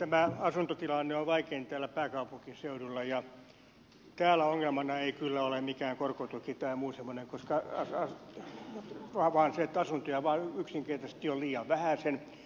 tämä asuntotilanne on vaikein täällä pääkaupunkiseudulla ja täällä ongelmana ei kyllä ole mikään korkotuki tai muu semmoinen vaan se että asuntoja vain yksinkertaisesti on liian vähäsen